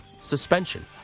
suspension